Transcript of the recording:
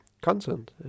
content